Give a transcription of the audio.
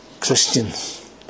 Christians